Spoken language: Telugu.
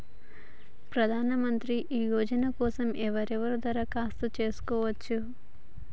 ప్రధానమంత్రి యోజన కోసం ఎవరెవరు దరఖాస్తు చేసుకోవచ్చు?